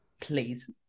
Please